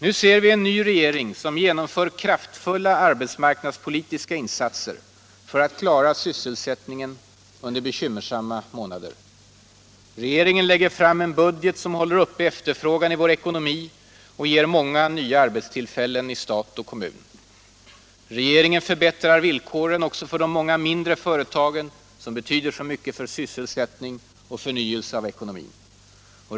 Nu ser vi en ny regering som genomför kraftfulla arbetsmarknadspolitiska insatser för att klara sysselsättningen under bekymmersamma månader. Regeringen lägger fram en budget som håller uppe efterfrågan i vår ekonomi och som ger många nya arbetstillfällen i stat och kommun. Regeringen förbättrar villkoren också för de många mindre företagen, som betyder så mycket för sysselsättning och förnyelse i vår ekonomi.